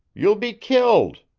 you'll be killed.